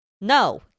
no